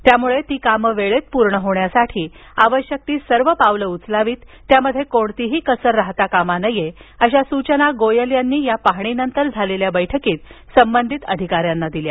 त्यामुळे ती कामं वेळेत पूर्ण होण्यासाठी आवश्यक ती सर्व पावलं उचलावीत त्यामध्ये कोणतीही कसर राहता कामा नये अशा सूचना गोयल यांनी या पाहणीनंतर झालेल्या बैठकीत संबंधित अधिकाऱ्यांना दिल्या